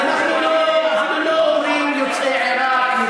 אנחנו לא אומרים: יוצאי עיראק,